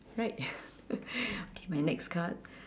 right okay my next card